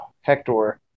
Hector